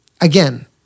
again